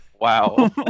Wow